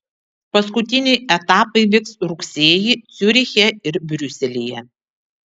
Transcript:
paskutiniai etapai vyks rugsėjį ciuriche ir briuselyje